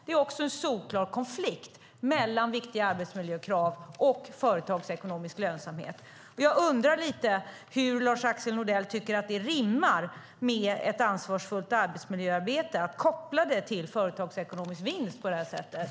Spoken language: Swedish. Det är också en solklar konflikt mellan viktiga arbetsmiljökrav och företagsekonomisk lönsamhet. Jag undrar lite hur Lars-Axel Nordell tycker att det rimmar med ett ansvarsfullt arbetsmiljöarbete att koppla det till företagsekonomisk vinst på detta sätt.